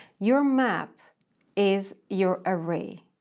your map is your array.